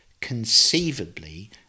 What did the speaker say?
conceivably